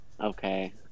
Okay